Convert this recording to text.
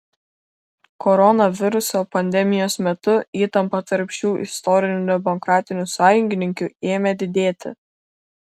koronaviruso pandemijos metu įtampa tarp šių istorinių demokratinių sąjungininkių ėmė didėti